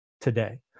today